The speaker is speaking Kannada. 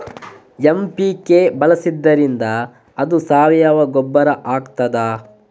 ಎಂ.ಪಿ.ಕೆ ಬಳಸಿದ್ದರಿಂದ ಅದು ಸಾವಯವ ಗೊಬ್ಬರ ಆಗ್ತದ?